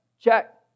check